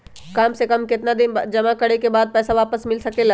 काम से कम केतना दिन जमा करें बे बाद पैसा वापस मिल सकेला?